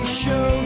show